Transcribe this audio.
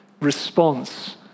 response